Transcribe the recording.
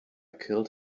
killed